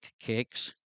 Cakes